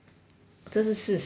这是事实 mah